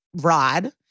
rod